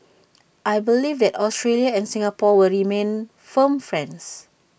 I believe that Australia and Singapore will remain firm friends